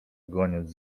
goniąc